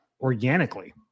organically